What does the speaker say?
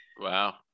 Wow